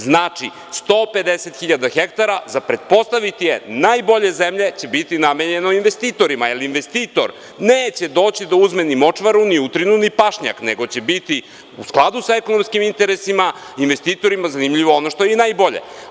Znači, 150.000 hektara za pretpostaviti je najbolje zemlje će biti namenjeno investitorima, jer investitor neće doći da uzme ni močvaru, ni utrinu, ni pašnjak, nego će biti u skladu sa ekonomskim interesima investitorima biti zanimljivo ono što je najbolje.